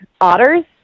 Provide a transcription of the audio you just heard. otters